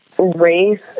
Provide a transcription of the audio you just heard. race